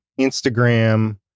Instagram